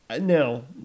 No